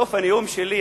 בסוף הנאום שלי,